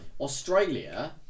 Australia